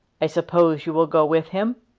i suppose you will go with him?